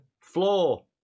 floor